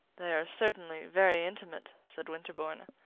they are certainly very intimate, said winterbourne.